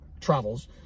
travels